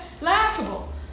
laughable